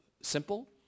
simple